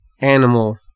animal